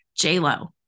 J-Lo